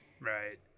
right